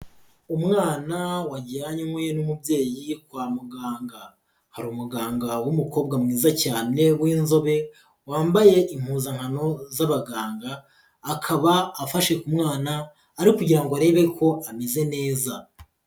Umwana wajyanywe n'umubyeyi kwa muganga, hari umuganga w'umukobwa mwiza cyane w'inzobe wambaye impuzankano z'abaganga, akaba afashe k'umwana ari kugira ngo arebe ko ameze neza.